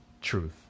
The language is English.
truth